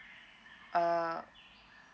err